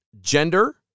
gender